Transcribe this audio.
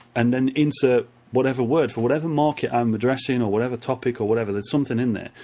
and then insert whatever word for whatever market i'm addressing or whatever topic or whatever. there's something in there.